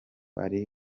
ari